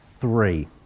three